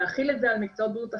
להחיל את זה על מקצועות בריאות אחרים,